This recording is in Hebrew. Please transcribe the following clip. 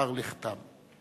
לאחר לכתם.